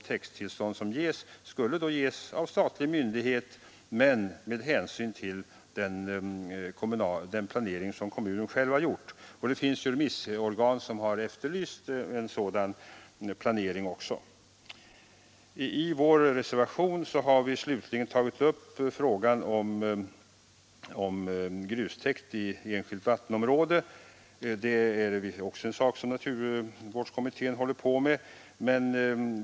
Täkttillstånden skulle då ges av statlig myndighet, men därvid skulle man ta hänsyn till den planering vederbörande kommun själv gjort. Det finns också remissorgan som efterlyst en sådan planering. I vår reservation har vi slutligen tagit upp frågan om grustäkt inom enskilt vattenområde. Det är också en sak som naturvårdskommittén håller på med.